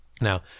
Now